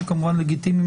שהם כמובן לגיטימיים.